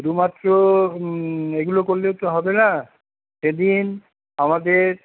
শুধুমাত্র এগুলো করলেই তো হবে না সেদিন আমাদের